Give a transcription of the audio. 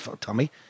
Tommy